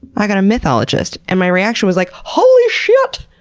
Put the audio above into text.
i've got a mythologist! and my reaction was like, holy shit!